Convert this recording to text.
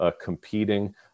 competing